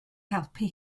helpu